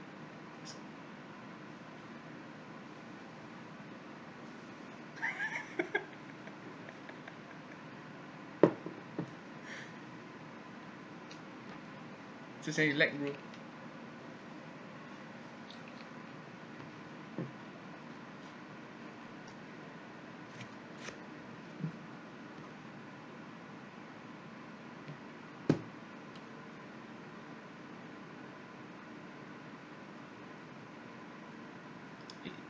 zhi xiang you like bro